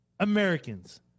Americans